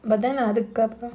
but then அதுக்கு:athukku